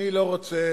אני לא רוצה,